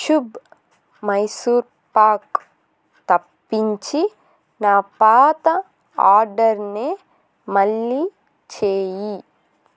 శుభ్ మైసూర్పాక్ తప్పించి నా పాత ఆర్డర్నే మళ్ళీ చెయ్యి